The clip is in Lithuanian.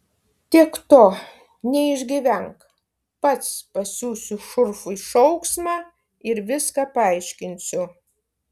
tiek to neišgyvenk pats pasiųsiu šurfui šauksmą ir viską paaiškinsiu